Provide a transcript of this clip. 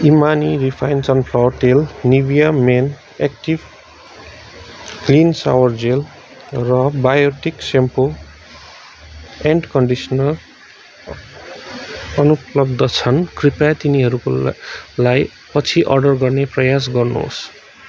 Emami refine sunflower तेल Nivea men active clean shower gel र Biotique shampoo and conditioner अनुपलब्ध छन् कृपया तिनीहरूकोलाई पछि अर्डर गर्ने प्रयास गर्नुहोस्